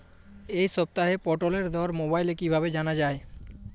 এই সপ্তাহের পটলের দর মোবাইলে কিভাবে জানা যায়?